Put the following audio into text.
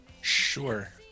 Sure